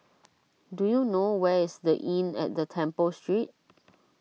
do you know where is the Inn at the Temple Street